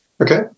Okay